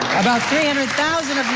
about three hundred thousand of you